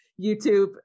YouTube